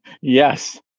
Yes